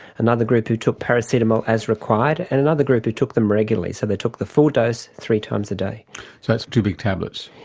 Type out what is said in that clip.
another group who took paracetamol as required, and another group who took them regularly, so they took the full dose three times a day. so that's two big tablets.